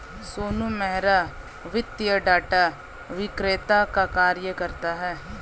सोनू मेहरा वित्तीय डाटा विक्रेता का कार्य करता है